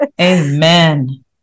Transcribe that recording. Amen